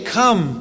come